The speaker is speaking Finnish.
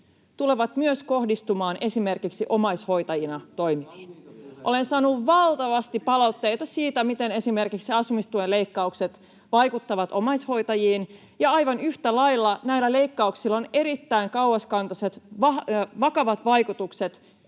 tulevat kohdistumaan myös esimerkiksi omaishoitajina toimiviin. [Ilmari Nurminen: Kauniita puheita!] Olen saanut valtavasti palautteita siitä, miten esimerkiksi asumistuen leikkaukset vaikuttavat omaishoitajiin, ja aivan yhtä lailla näillä leikkauksilla on erittäin kauaskantoiset, vakavat vaikutukset